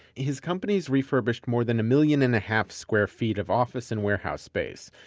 his company has refurbished more than a million and half square feet of office and warehouse space.